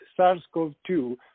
SARS-CoV-2